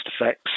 effects